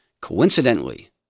coincidentally